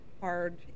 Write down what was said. hard